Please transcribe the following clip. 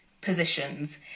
positions